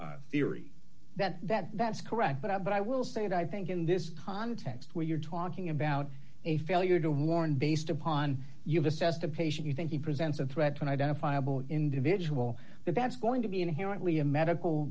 graph theory that that that's correct but i but i will say it i think in this context where you're talking about a failure to warn based upon you've assessed a patient you think he presents a threat to an identifiable individual but that's going to be inherently a medical